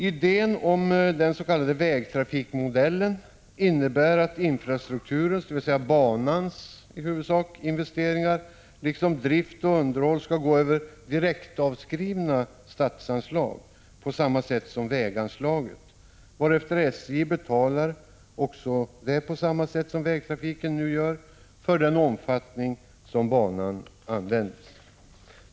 Idén om den s.k. vägtrafikmodellen innebär att infrastrukturens, dvs. huvudsakligen banans, investeringar liksom drift och underhåll skall gå över direktavskrivna statsanslag på samma sätt som väganslaget, varefter SJ betalar — också det på samma sätt som vägtrafiken nu gör-— för den omfattning i vilken banan används.